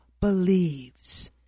believes